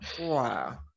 wow